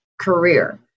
career